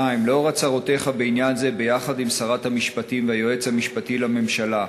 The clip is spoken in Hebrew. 2. לאור הצהרותיך בעניין זה יחד עם שרת המשפטים והיועץ המשפטי לממשלה,